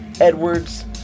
Edwards